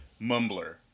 mumbler